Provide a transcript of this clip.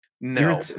no